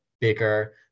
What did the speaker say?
bigger